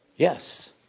Yes